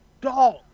dog